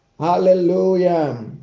Hallelujah